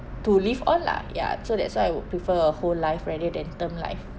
to live on lah ya so that's why I would prefer a whole life rather than term life